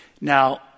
Now